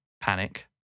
Panic